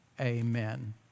amen